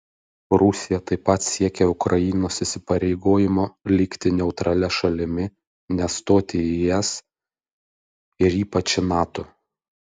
rusija taip pat siekia ukrainos įsipareigojimo likti neutralia šalimi nestoti į es ir ypač į nato